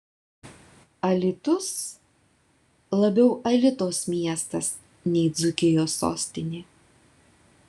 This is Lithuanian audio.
alytus labiau alitos miestas nei dzūkijos sostinė